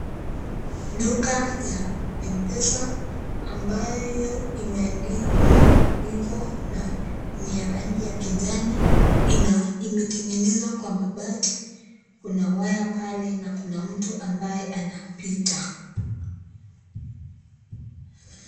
Duka ya Mpesa ambayo imeandikwa hivo na ni ya rangi ya kijani imetengenezwa kwa mabati, kuna wire pale na kuna mtu ambaye anapita.